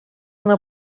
una